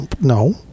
No